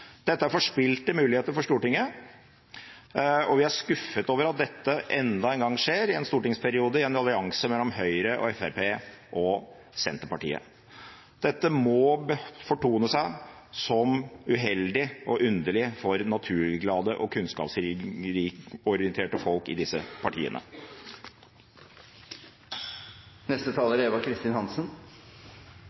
Dette er forspilte muligheter for Stortinget, og vi er skuffet over at dette enda en gang skjer i en stortingsperiode, i en allianse mellom Høyre, Fremskrittspartiet og Senterpartiet. Dette må fortone seg som uheldig og underlig for naturglade og kunnskapsorienterte folk i disse